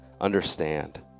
understand